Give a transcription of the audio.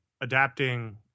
adapting